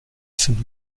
sind